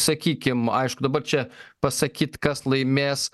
sakykim aišku dabar čia pasakyt kas laimės